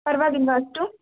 ಪರ್ವಾಗಿಲ್ಲವಾ ಅಷ್ಟು